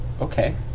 Okay